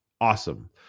awesome